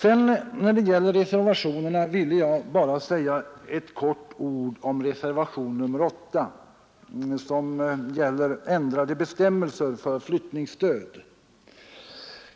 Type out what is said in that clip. I fråga om reservationerna skall jag bara säga några ord om reservationen 8, som gäller ändrade bestämmelser för flyttningsstöd.